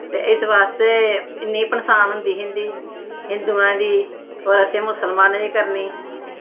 ते इस बास्ते नेईं पंछान होंदी ही इं'दी हिन्दुआं दी कुदै असें मुसलमाने दी करनी